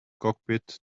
cockpit